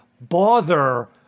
bother